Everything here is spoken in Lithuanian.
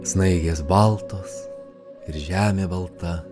snaigės baltos ir žemė balta